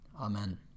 Amen